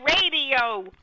radio